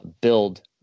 Build